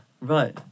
right